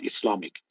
Islamic